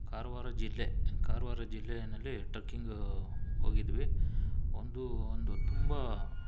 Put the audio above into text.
ಕಾರವಾರ ಜಿಲ್ಲೆ ಕಾರವಾರ ಜಿಲ್ಲೆಯಲ್ಲಿ ಟ್ರಕ್ಕಿಂಗ್ ಹೋಗಿದ್ವಿ ಒಂದೂ ಒಂದು ತುಂಬ